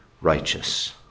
righteous